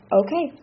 okay